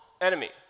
enemy